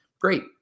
great